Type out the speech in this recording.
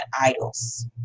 idols